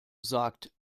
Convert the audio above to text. sagt